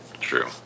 true